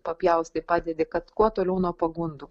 papjaustai padedi kad kuo toliau nuo pagundų